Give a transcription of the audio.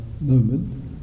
moment